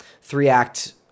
three-act